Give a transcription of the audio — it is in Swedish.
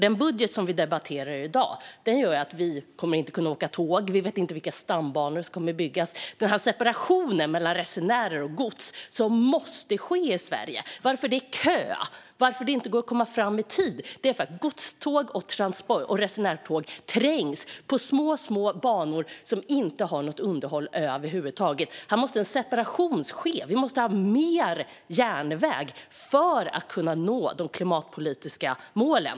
Den budget vi debatterar i dag gör att man inte kan åka tåg och inte heller vet vilka stambanor som kommer att byggas. En separation mellan resenärer och gods måste ske i Sverige. Det är kö, och det går inte att komma fram i tid på grund av att godståg och resenärtåg trängs på små, små banor som inte underhålls över huvud taget. Här måste en separation ske. Man måste ha mer järnväg för att kunna nå de klimatpolitiska målen.